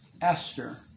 Esther